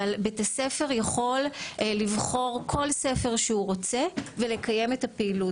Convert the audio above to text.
אבל בית הספר יכול לבחור כל ספר שהוא רוצה ולקיים את הפעילות.